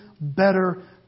better